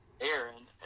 Aaron